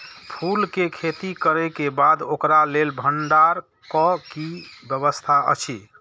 फूल के खेती करे के बाद ओकरा लेल भण्डार क कि व्यवस्था अछि?